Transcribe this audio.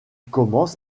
commence